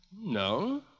No